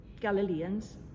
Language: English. Galileans